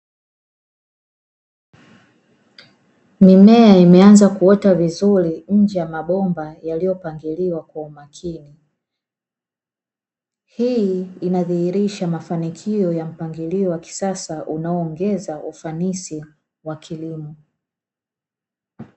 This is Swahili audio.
Mimea imeanza kuota vizuri nje ya mabomba yaliyopangiliwa kwa umakini. Hii inadhihirisha mafanikio ya mpangilio wa kisasa unaoongeza ufanisi wa kilimo.